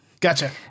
gotcha